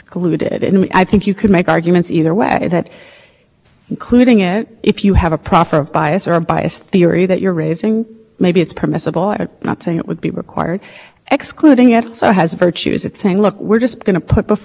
excluding it so has virtues it saying look we're just going to put before you fresh evidence judge you know clean slate does it add up to something that the government can go after i think we're just missing why this would be